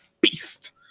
beast